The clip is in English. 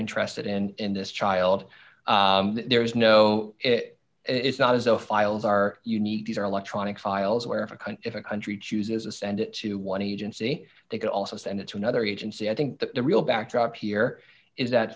interested and this child there is no it it's not as though files are unique these are electronic files where if a cunt if a country chooses to send it to one agency they could also send it to another agency i think the real backdrop here is that